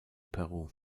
peru